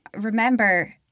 remember